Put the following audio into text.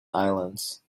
islands